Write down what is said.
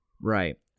right